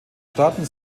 staaten